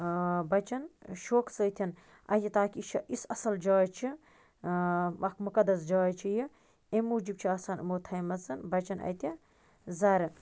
بَچَن شوقہِ سۭتھۍ اَہہِ تاکہِ یہِ چھِ یِژھ اَصٕل جاے چھِ اَکھ مُقدَس جاے چھےٚ یہِ اَمہِ موٗجوٗب چھِ آسان یِمو تھایمَژَن بَچن اَتہِ زَرٕ